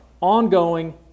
ongoing